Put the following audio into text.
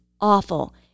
awful